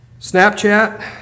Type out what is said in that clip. Snapchat